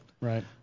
Right